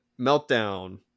meltdown